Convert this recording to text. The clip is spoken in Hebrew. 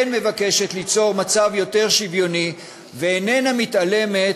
מבקשת ליצור מצב יותר שוויוני ואיננה מתעלמת